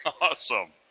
Awesome